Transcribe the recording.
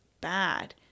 bad